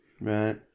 Right